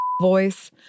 voice